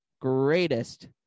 greatest